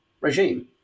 regime